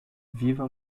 viva